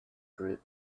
group